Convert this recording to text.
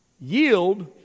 yield